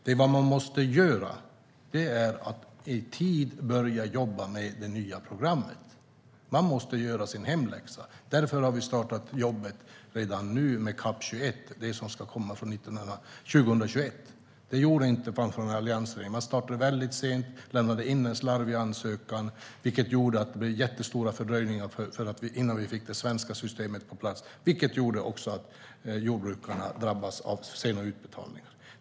Det man måste göra är att i tid börja jobba med det nya programmet. Man måste göra sin hemläxa. Därför har vi redan nu startat jobbet med CAP 21 som ska gälla från 2021. Så gjorde inte alliansregeringen. Man startade sent och lämnade in en slarvig ansökan, vilket gjorde att det blev stora fördröjningar innan vi fick det svenska systemet på plats. Detta gjorde att jordbrukarna drabbades av sena utbetalningar.